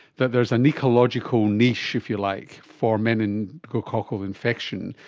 that there is an ecological niche, if you like, for meningococcal infection.